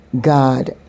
God